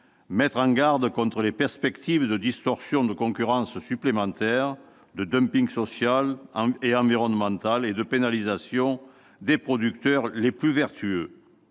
mettre en garde contre les perspectives de distorsions de concurrence supplémentaires, de dumping social et environnemental et de pénalisation des producteurs les plus vertueux